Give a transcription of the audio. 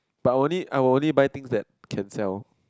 but I only I will only buy things that can sell